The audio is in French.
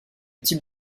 type